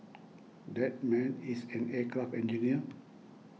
that man is an aircraft engineer